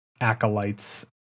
acolytes